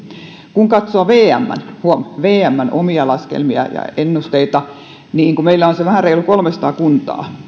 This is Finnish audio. kun katsoo vmn huom vmn omia laskelmia ja ennusteita kun meillä on se vähän reilu kolmesataa kuntaa